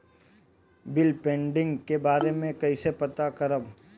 Bill pending के बारे में कईसे पता करब?